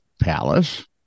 palace